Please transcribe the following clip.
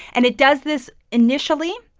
and it does this initially,